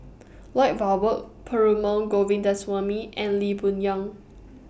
Lloyd Valberg Perumal Govindaswamy and Lee Boon Yang